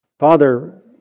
Father